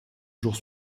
jours